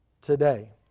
today